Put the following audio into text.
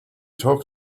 talk